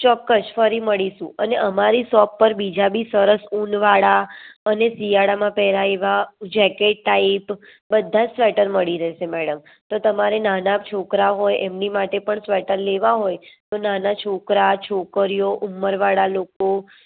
ચોક્કસ ફરી મડિસુ અને અમારી શોપ પર બીજા બી સરસ ઉનવાળા અને શિયાળામાં પેરાયે એવા જેકેટ ટાઈપ બધા સ્વેટર મડી રેસે મેડમ તો તમારે નાના છોકરાઓ હોય એમની માટે પણ સ્વેટર લેવા હોય તો નાના છોકરા છોકરીઓ ઉમરવાળા લોકો